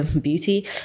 Beauty